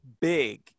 big